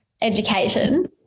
education